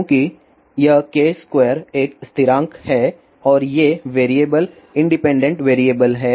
चूँकि यह k2 एक स्थिरांक है और ये वेरिएबल इंडिपेंडेंट वेरिएबल हैं